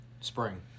Spring